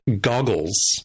goggles